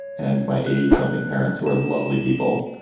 and my eighty something parents who are lovely people,